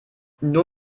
nur